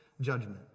judgment